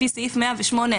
לפי סעיף 108א"